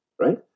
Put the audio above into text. Right